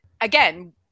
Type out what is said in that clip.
again